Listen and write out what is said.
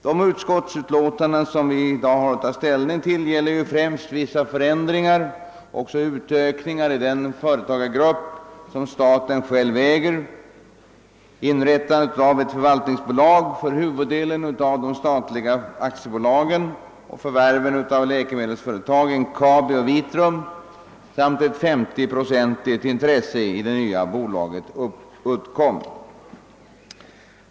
De utskottsutlåtanden som vi i dag har att ta ställning till gäller främst vissa förändringar — också utökningar — av den företagsgrupp som staten själv äger, inrättandet av ett förvaltningsbolag för huvuddelen av de statliga aktiebolagen och förvärven av läkemedelsföretagen Kabi och Vitrum samt ett 50-procentigt intresse i det nya bolaget Uddcomb.